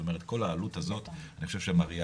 זאת אומרת שכל העלות הזאת, אני חושב שמריה